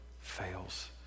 fails